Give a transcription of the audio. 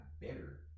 better